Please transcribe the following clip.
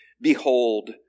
Behold